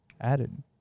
added